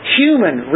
human